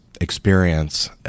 experience